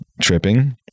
tripping